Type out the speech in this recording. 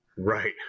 Right